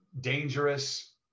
dangerous